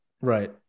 Right